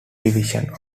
division